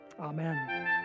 Amen